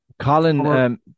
Colin